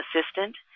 assistant